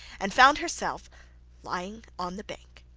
and found herself lying on the bank,